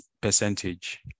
percentage